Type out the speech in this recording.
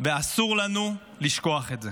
ואסור לנו לשכוח את זה.